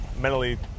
mentally